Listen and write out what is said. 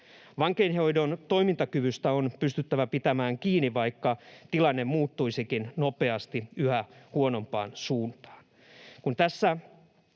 Vankeinhoidon toimintakyvystä on pystyttävä pitämään kiinni, vaikka tilanne muuttuisikin nopeasti yhä huonompaan suuntaan.